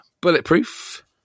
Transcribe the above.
Bulletproof